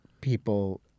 people